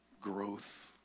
growth